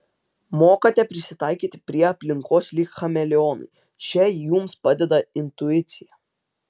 mokate prisitaikyti prie aplinkos lyg chameleonai čia jums padeda intuicija